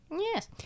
Yes